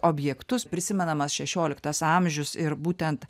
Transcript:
objektus prisimenamas šešioliktas amžius ir būtent